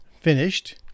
finished